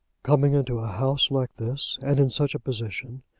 coming into a house like this, and in such a position,